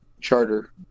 charter